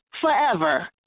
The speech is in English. forever